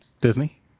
Disney